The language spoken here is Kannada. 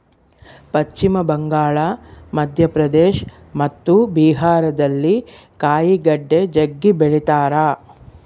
ಪಶ್ಚಿಮ ಬಂಗಾಳ, ಮಧ್ಯಪ್ರದೇಶ ಮತ್ತು ಬಿಹಾರದಲ್ಲಿ ಕಾಯಿಗಡ್ಡೆ ಜಗ್ಗಿ ಬೆಳಿತಾರ